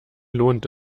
lohnt